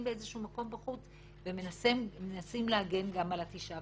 באיזשהו מקום בחוץ ומנסים להגן גם על התשעה.